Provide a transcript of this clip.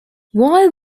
while